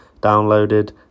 downloaded